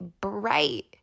bright